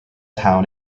town